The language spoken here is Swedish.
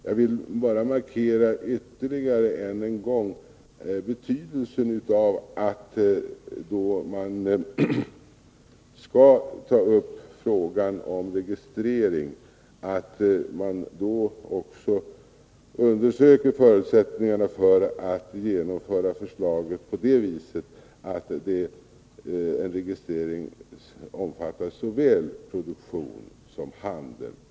Jag vill bara ytterligare en gång markera betydelsen av att man då man skall ta upp frågan om registrering också undersöker förutsättningarna för att registrera såväl produktion som handel med vapen.